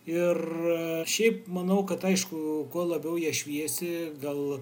ir šiaip manau kad aišku kuo labiau ją šviesi gal